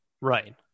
Right